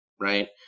right